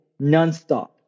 nonstop